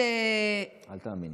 אפשר לדלג.